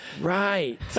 Right